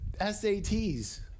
SATs